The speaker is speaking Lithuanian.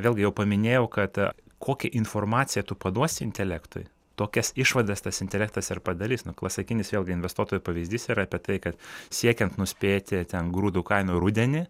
vėlgi jau paminėjau kad kokią informaciją tu paduosi intelektui tokias išvadas tas intelektas ir padarys nu klasikinis vėlgi jau investuotojų pavyzdys yra apie tai kad siekiant nuspėti ten grūdų kainą rudenį